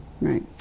Right